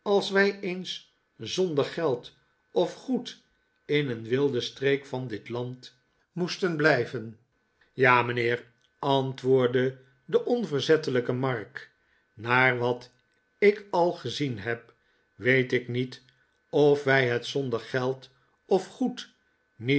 als wij eens zonder geld of goed in een wilde streek van dit land moesten blijven maarten chuzzlewit fr ja mijnheer antwoordde de onverzettelijke mark naar wat ik al gezien heb weet ik niet of wij het zonder geld of goed niet